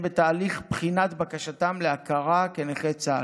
בתהליך בחינת בקשתם להכרה כנכי צה"ל,